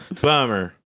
Bummer